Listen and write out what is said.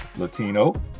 Latino